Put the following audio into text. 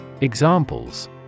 Examples